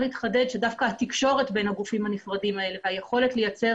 התחדד שדווקא התקשורת בין הגופים הנפרדים האלה והיכולת לייצר